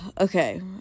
Okay